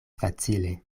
facile